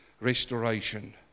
Restoration